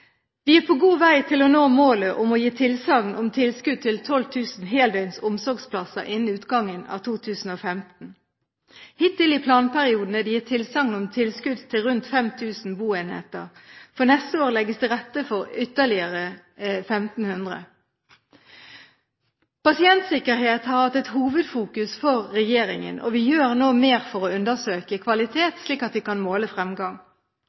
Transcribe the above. Vi er på god vei til å nå målet om å gi tilsagn om tilskudd til 12 000 heldøgns omsorgsplasser innen utgangen av 2015. Hittil i planperioden er det gitt tilsagn om tilskudd til rundt 5 000 boenheter. For neste år legges det til rette for ytterligere 1 500. Pasientsikkerhet har hatt et hovedfokus fra regjeringen, og vi gjør nå mer for å undersøke kvalitet slik at vi kan måle fremgang.